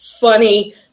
funny